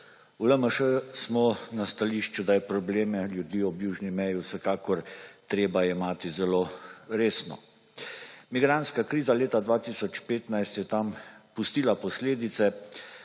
V LMŠ smo na stališču, da je probleme ljudi ob južni meji vsekakor treba jemati zelo resno. Migrantska kriza leta 2015 je tam pustila posledice,